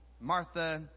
Martha